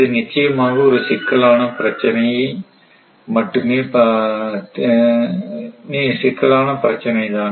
இது நிச்சயமாக ஒரு சிக்கலான பிரச்சினை தான்